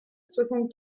soixante